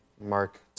Mark